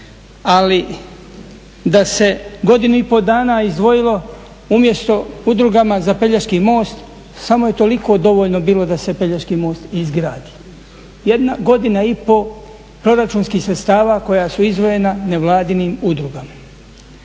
ali da se godinu i pol dana izdvojilo umjesto udrugama za Pelješki mosti samo je toliko dovoljno bilo da se Pelješki most izgradi. Jedna godina i pol proračunskih sredstava koja su izdvojena nevladinim udrugama.